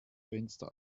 fenster